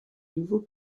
nouveaux